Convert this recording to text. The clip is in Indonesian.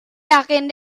yakin